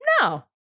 no